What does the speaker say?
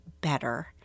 better